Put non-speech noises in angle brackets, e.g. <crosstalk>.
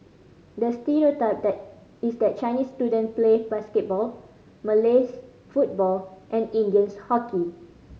the <unintelligible> that is that Chinese student play basketball Malays football and Indians hockey